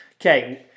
Okay